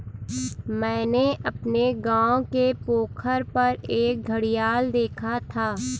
मैंने अपने गांव के पोखर पर एक घड़ियाल देखा था